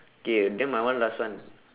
okay then my one last one